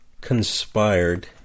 Conspired